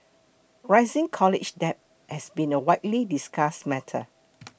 rising college debt has been a widely discussed matter